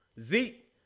Zeke